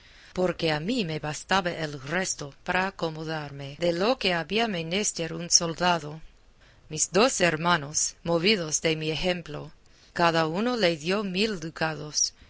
porque a mí me bastaba el resto para acomodarme de lo que había menester un soldado mis dos hermanos movidos de mi ejemplo cada uno le dio mil ducados